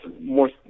more